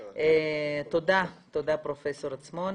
תודה, פרופ' עצמון.